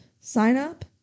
sign-up